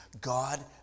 God